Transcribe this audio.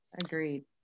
agreed